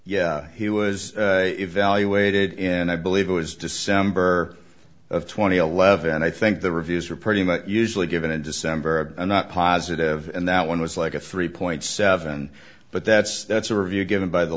yeah he was evaluated in i believe it was december of two thousand and eleven and i think the reviews are pretty much usually given in december and not positive and that one was like a three point seven but that's that's a review given by the